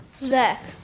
Zach